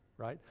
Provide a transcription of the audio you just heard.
right?